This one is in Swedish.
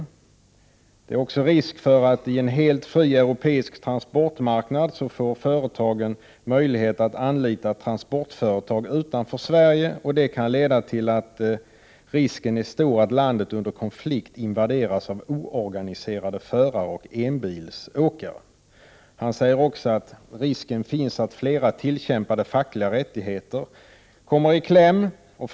Denna innebär också en risk för att vid ”en helt fri europeisk transportmarknad får företagen möjligheter att anlita transportföretag utanför Sverige”, vilket kan leda till att risken ”är stor att landet under konflikt invaderas av oorganiserade förare och enbilsåkare”. Vidare säger Transportarbetareförbundets ordförande: ”Risken finns att flera tillkämpade fackliga rättigheter ifrågasätts.